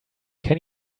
can